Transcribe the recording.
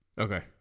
okay